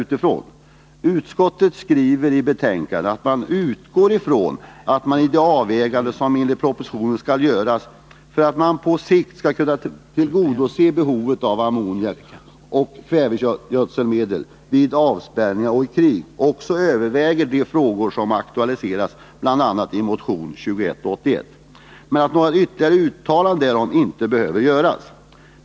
Utskottet skriver i betänkandet att det utgår ifrån att man i de avväganden som enligt propositionen skall göras för att man på sikt skall kunna tillgodose behovet av ammoniak och kvävegödselmedel vid avspärrningar och krig också överväger de frågor som aktualiseras bl.a. i motion 2181. Men några ytterligare uttalanden anser utskottet inte behöver göras.